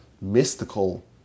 mystical